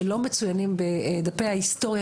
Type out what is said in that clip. שלא מצוינים בדפי ההיסטוריה,